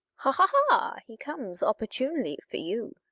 ha, ha, ha! he comes opportunely for you.